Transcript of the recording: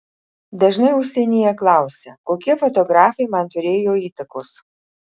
dažnai užsienyje klausia kokie fotografai man turėjo įtakos